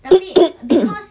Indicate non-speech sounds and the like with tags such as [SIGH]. [COUGHS]